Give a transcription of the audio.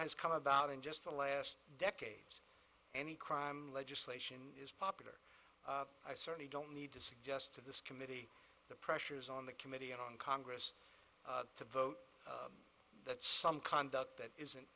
has come about in just the last decade any crime legislation is popular i certainly don't need to suggest to the committee the pressures on the committee and on congress to vote that some conduct that isn't